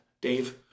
Dave